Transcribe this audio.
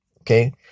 Okay